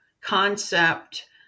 concept